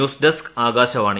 news desk Akashvani